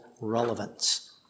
relevance